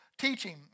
Teaching